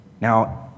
Now